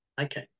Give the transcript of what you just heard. Okay